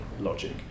logic